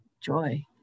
joy